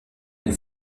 den